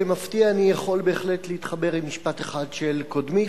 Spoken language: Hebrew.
במפתיע אני יכול בהחלט להתחבר עם משפט אחד של קודמי,